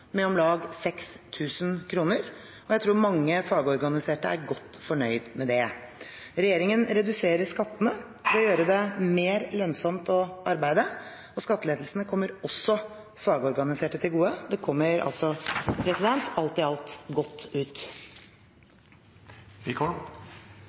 med om lag 6 000 kr, og jeg tror mange fagorganiserte er godt fornøyd med det. Regjeringen reduserer skattene for å gjøre det mer lønnsomt å arbeide. Skattelettelsene kommer også fagorganiserte til gode. De kommer altså alt i alt godt ut.